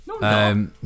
No